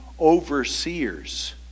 overseers